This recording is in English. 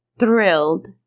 Thrilled